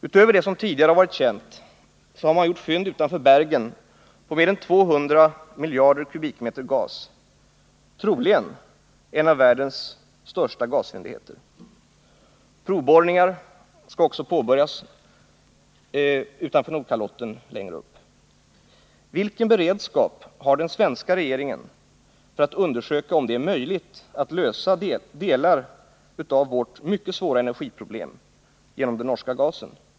Utöver det som tidigare varit känt har man gjort fynd utanför Bergen på mer än 200 miljarder kubikmeter gas, troligen en av världens största gasfyndigheter. Provborrningar skall också börja utanför Nordkalotten. Vilken beredskap har den svenska regeringen för att undersöka om det är möjligt att lösa delar av vårt mycket stora energiproblem genom norsk gas?